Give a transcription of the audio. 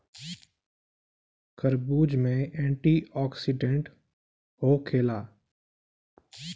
खरबूज में एंटीओक्सिडेंट होखेला